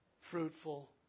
Fruitful